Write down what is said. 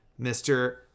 Mr